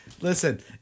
Listen